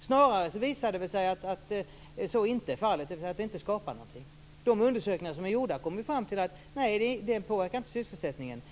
Snarare visar det sig att så inte är fallet, dvs. att det inte skapar någonting. De undersökningar som är gjorda har ju visat att det inte påverkar sysselsättningen.